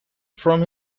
from